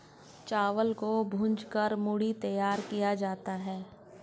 चावल को भूंज कर मूढ़ी तैयार किया जाता है